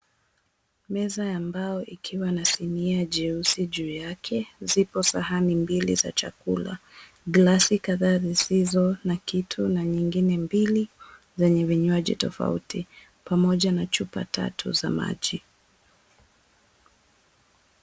Meza ambayo ikiwa na sinia jeusi juu yake. Zipo sahani mbili za chakula, glasi kadhaa zisizo na kitu na nyingine mbili zenye vinywaji tofauti pamoja na chupa tatu za maji.